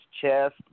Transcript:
chest